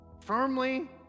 firmly